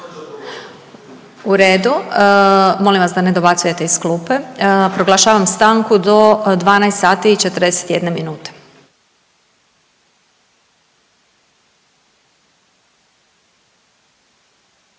U redu. Molim vas da ne dobacujete iz klupe. Proglašavam stanku do 12,41.